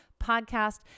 podcast